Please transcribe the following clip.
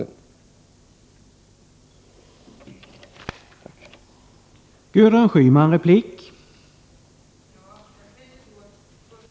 6 juni 1989